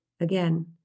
Again